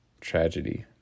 tragedy